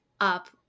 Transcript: up